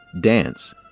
dance